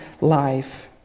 life